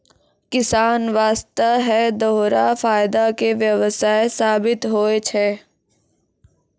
किसान वास्तॅ है दोहरा फायदा के व्यवसाय साबित होय छै